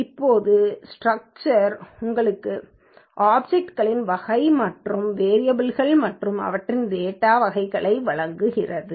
இப்போது ஸ்டிரக்சர் உங்களுக்கு ஆப்சக்ட்ளின் வகை மற்றும் வேரியபல் கள் மற்றும் அவற்றின் டேட்டா வகைகளை வழங்குகிறது